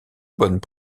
bonnes